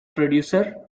producer